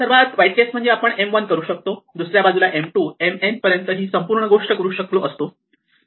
सर्वात वाईट केस मध्ये आपण M 1 करू शकतो आणि दुसर्या बाजूला M 2 M n पर्यंत ही संपूर्ण गोष्ट करू शकलो असतो